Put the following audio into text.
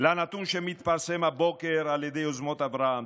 לנתון שמתפרסם הבוקר על ידי יוזמות אברהם,